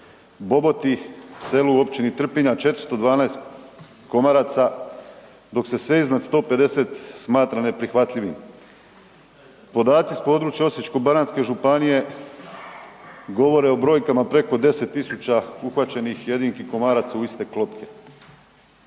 Boboti, selu u općini Trpinja 412 komaraca, dok se sve iznad 150 smatra neprihvatljivim. Podaci s područja Osječko-baranjske županije govore o brojkama preko 10 000 uhvaćenih jedinki komaraca u iste klopke.